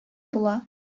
була